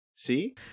See